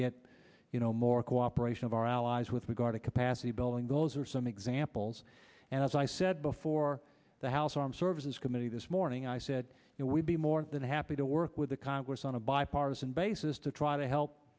get you know more cooperation of our allies with regard to capacity building those are some examples and as i said before the house armed services committee this morning i said that we'd be more than happy to work with the congress on a bipartisan basis to try to help